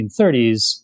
1930s